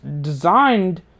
designed